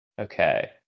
Okay